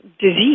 disease